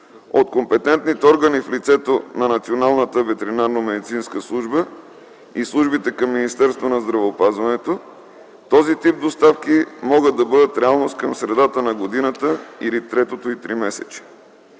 от компетентните органи в лицето на Националната ветеринарномедицинска служба и службите към Министерството на здравеопазването този тип доставки могат да бъдат реалност към средата на годината или третото й тримесечие.